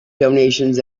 donations